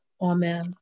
Amen